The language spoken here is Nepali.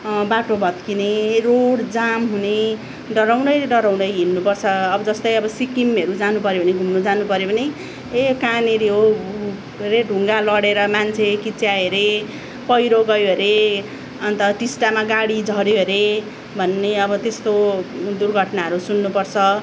बाटो भत्किने रोड जाम हुने डराउँदै डराउँदै हिँड्नु पर्छ अब जस्तै अब सिक्किमहरू जानु पऱ्यो भने घुम्नु जानु पऱ्यो भने ए कहाँनिर हो अरे ढुङ्गा लडेर मान्छे किच्यायो अरे पैह्रो गयो अरे अन्त टिस्टामा गाडी झऱ्यो अरे भन्ने अब त्यस्तो दुर्घटनाहरू सुन्नुपर्छ